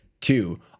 Two